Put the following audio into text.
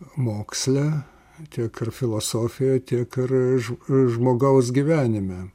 moksle tiek ir filosofijoj tiek ir žmogaus gyvenime